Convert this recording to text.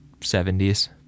70s